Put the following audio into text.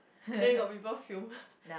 then it got film lah